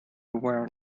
were